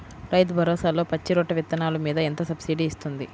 రైతు భరోసాలో పచ్చి రొట్టె విత్తనాలు మీద ఎంత సబ్సిడీ ఇస్తుంది?